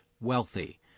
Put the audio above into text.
wealthy